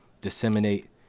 disseminate